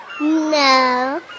No